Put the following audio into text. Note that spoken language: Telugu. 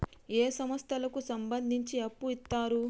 ఏ సంస్థలకు సంబంధించి అప్పు ఇత్తరు?